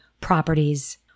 properties